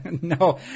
No